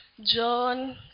John